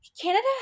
Canada